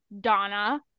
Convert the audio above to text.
Donna